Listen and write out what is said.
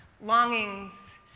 longings